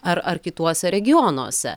ar ar kituose regionuose